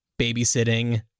babysitting